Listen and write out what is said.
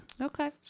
Okay